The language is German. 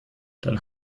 dann